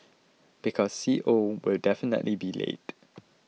because C O will definitely be late